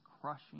crushing